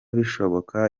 bishoboka